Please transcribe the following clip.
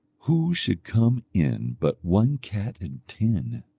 who should come in but one cat and ten,